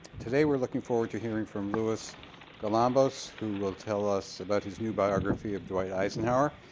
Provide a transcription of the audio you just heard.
today we are looking forward to hearing from louis galambos, who will tell us about his new biography of dwight eisenhower.